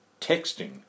texting